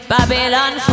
Babylon